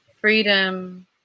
freedom